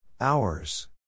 Hours